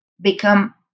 become